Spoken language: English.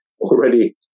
already